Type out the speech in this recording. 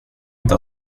inte